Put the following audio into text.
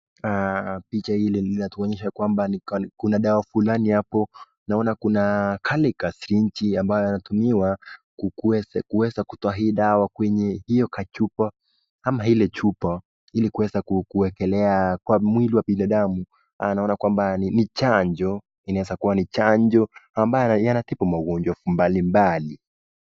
Picha ile inatuonyesha ya kwamba kuna dawa fulani hapo. Naona kuna kale k syringe ambayo inatumiwa kuweza kutoa hii dawa kwenye hiyo kachupa kama ile chupa ili kuweza kuwekelea kwa mwili wa binadamu. Naona kwamba ni chanjo, inaweza kuwa ni chanjo ambayo inatibu magonjwa mbalimbali.